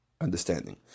understanding